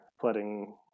flooding